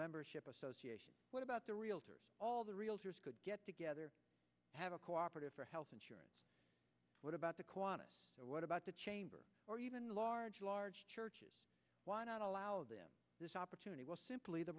membership association what about the realtors all the realtors get together have a cooperative for health insurance what about the quantum what about the chamber or even large large churches why not allow them this opportunity was simply the